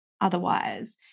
otherwise